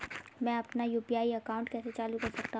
मैं अपना UPI account कैसे चालू कर सकता हूँ?